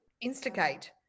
instigate